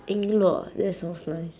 ying luo that sounds nice